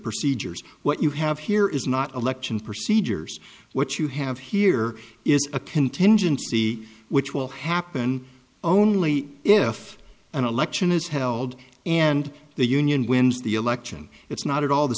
procedures what you have here is not election procedures what you have here is a contingency which will happen only if an election is held and the union wins the election it's not at all the